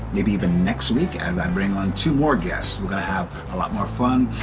maybe even next week as i bring on two more guests. we're gonna have a lot more fun,